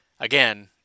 Again